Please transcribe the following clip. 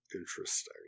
interesting